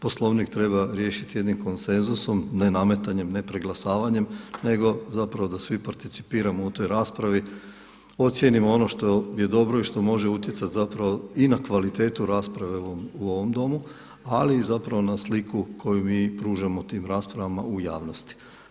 Poslovnik treba riješiti jednim konsenzusom, ne nametanjem, ne preglasavanjem nego da svi participiramo u toj raspravi, ocijenimo ono što je dobro i što može utjecati i na kvalitetu rasprave u ovom Domu, ali i na sliku koju mi pružamo tim raspravama u javnosti.